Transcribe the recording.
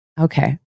okay